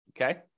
Okay